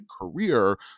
career